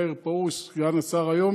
מאיר פרוש, סגן השר היום,